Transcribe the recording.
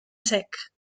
sec